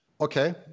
Okay